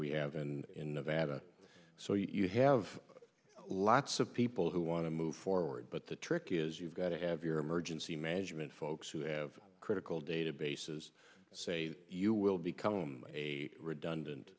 we have in so you have lots of people who want to move forward but the trick is you've got to have your emergency management folks who have critical databases so you will become a redundant